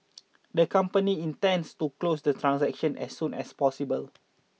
the company intends to close the transaction as soon as possible